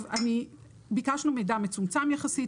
ביקשנו מידע מצומצם יחסי,